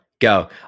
Go